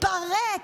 מתפרק,